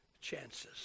chances